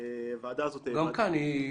גם כאן.